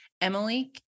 Emily